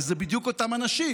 הרי אלה בדיוק אותם אנשים.